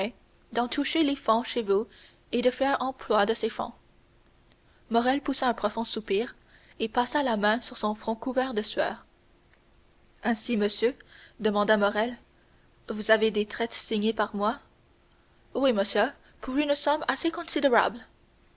d'en toucher les fonds chez vous et de faire emploi de ces fonds morrel poussa un profond soupir et passa la main sur son front couvert de sueur ainsi monsieur demanda morrel vous avez des traites signées par moi oui monsieur pour une somme assez considérable